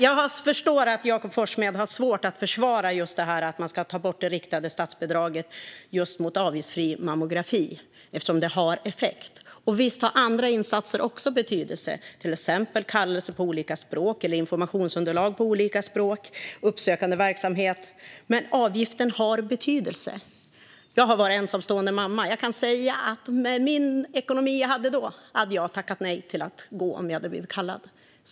Jag förstår att Jakob Forssmed har svårt att försvara att man ska ta bort det riktade statsbidraget till avgiftsfri mammografi, eftersom det har effekt. Visst har andra insatser också betydelse, till exempel kallelse och informationsunderlag på olika språk och uppsökande verksamhet. Men avgiften har betydelse. Jag har varit ensamstående mamma, och jag kan säga att med den ekonomi jag hade då hade jag tackat nej till att gå om jag hade blivit kallad.